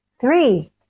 three